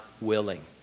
willing